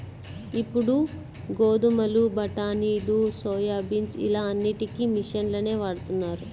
ఇప్పుడు గోధుమలు, బఠానీలు, సోయాబీన్స్ ఇలా అన్నిటికీ మిషన్లనే వాడుతున్నారు